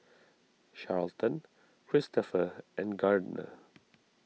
Charlton Christopher and Gardner